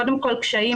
קודם כל, קשיים